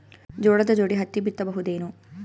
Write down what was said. ಜೋಳದ ಜೋಡಿ ಹತ್ತಿ ಬಿತ್ತ ಬಹುದೇನು?